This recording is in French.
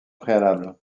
préalable